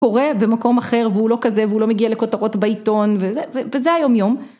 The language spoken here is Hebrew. קורה במקום אחר והוא לא כזה והוא לא מגיע לכותרות בעיתון, וזה היומיום.